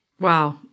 Wow